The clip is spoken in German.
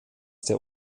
der